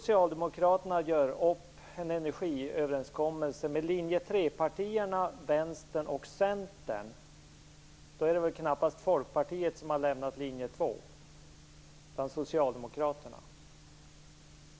Centern är det knappast Folkpartiet som har lämnat linje 2, utan Socialdemokraterna.